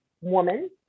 woman